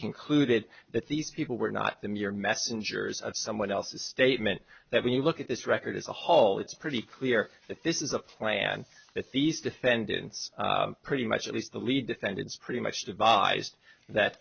concluded that these people were not the mere messengers of someone else a statement that when you look at this record as a whole it's pretty clear that this is a plan that these defendants pretty much at least the lead defendants pretty much divide is that